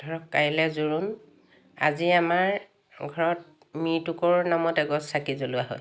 ধৰক কাইলৈ জোৰোণ আজি আমাৰ ঘৰত মৃতকৰ নামত এগছ চাকি জ্বলোৱা হয়